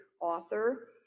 author